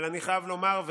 אבל אני חייב לומר,